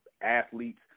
athletes